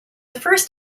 first